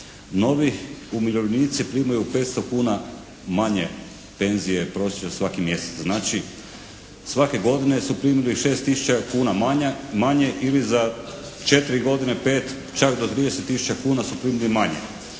Novi umirovljenici primaju 500 kuna manje penzije prosječno svaki mjesec. Znači, svake godine su primili 6 tisuća kuna manje ili za 4 godine čak do 30 tisuća kuna su primili manje.